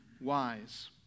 wise